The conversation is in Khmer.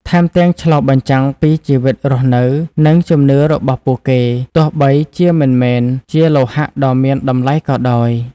ថែមទាំងឆ្លុះបញ្ចាំងពីជីវិតរស់នៅ និងជំនឿរបស់ពួកគេ ទោះបីជាមិនមែនជាលោហៈដ៏មានតម្លៃក៏ដោយ។